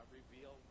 reveal